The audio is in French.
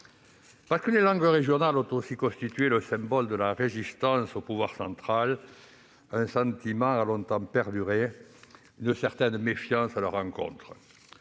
Parce que les langues régionales ont aussi constitué le symbole de la résistance au pouvoir central, un sentiment a longtemps perduré, une certaine méfiance à leur encontre.